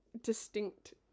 distinct